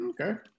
Okay